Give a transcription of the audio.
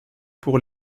pour